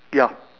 ya